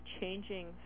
changing